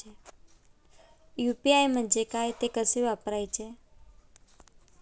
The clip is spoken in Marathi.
यु.पी.आय म्हणजे काय, ते कसे वापरायचे?